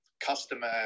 customer